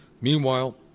Meanwhile